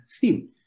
theme